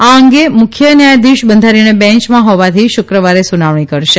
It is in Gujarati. આ અંગે મુખ્ય ન્યાયધીશ બંધારણીય બેન્યમાં હોવાથી શુક્રવારે સુનાવણી કરાશે